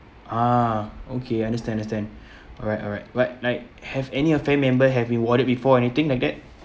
ah okay understand understand alright alright but like have any of family member have been warded before or anything like that